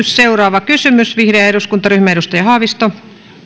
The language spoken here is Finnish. seuraava kysymys vihreä eduskuntaryhmä edustaja haavisto